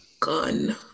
gun